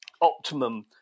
optimum